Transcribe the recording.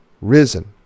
risen